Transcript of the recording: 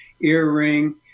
earring